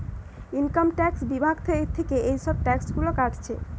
income tax বিভাগ থিকে এসব ট্যাক্স গুলা কাটছে